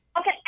Okay